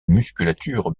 musculature